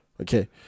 okay